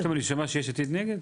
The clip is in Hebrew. פתאום אני שומע ש"יש עתיד" נגד?